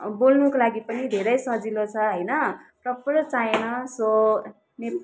बोल्नुको लागि पनि धेरै सजिलो छ होइन प्रपर चाहिएन सो